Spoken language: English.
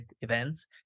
events